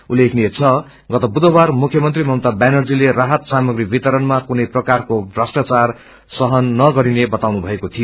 उल्लेखनीय छ गत बुधबार मुख्यमंत्री ममता व्यानर्जीले राहत सामग्री वितरणमा कुनै प्रकारको भ्रष्टाचार सहन नगरिने बताउनुभएको थियो